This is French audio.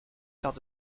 lors